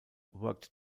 worked